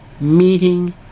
meeting